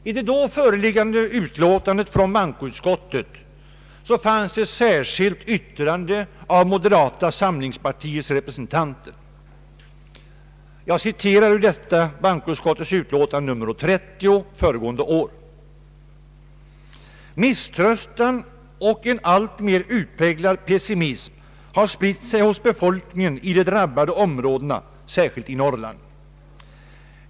I det då föreliggande utlåtandet, nr 30, från bankoutskottet fanns ett särskilt yttrande av moderata samlingspartiets representanter. Jag citerar ur detta: ”Misströstan och en alltmer utpräglad pessimism har spritt sig hos befolkningen i de drabbade områdena, särskilt i Norrland.